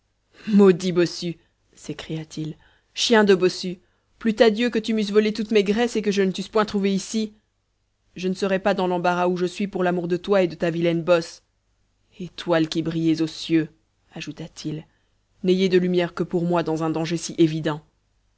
maudit bossu s'écria-t-il chien de bossu plût à dieu que tu m'eusses volé toutes mes graisses et que je ne t'eusse point trouvé ici je ne serais pas dans l'embarras où je suis pour l'amour de toi et de ta vilaine bosse étoiles qui brillez aux cieux ajouta-t-il n'ayez de lumière que pour moi dans un danger si évident